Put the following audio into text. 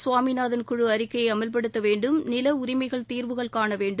சுவாமிநாதன் குழு அறிக்கையை அமல்படுத்த வேண்டும் நில உரிமைகள் தீர்வுகள் காண வேண்டும்